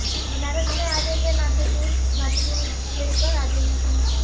बनारस में आ जाएं नाथूपुर नाथुपुर गेट पर आ जाएं